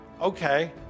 okay